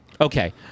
Okay